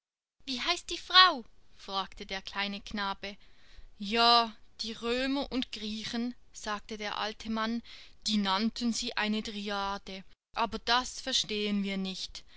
wie heißt die frau fragte der kleine knabe ja die römer und griechen sagte der alte mann die nannten sie eine dryade aber das verstehen wir nicht